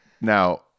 Now